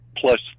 plus